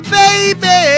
baby